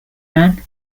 man